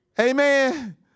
Amen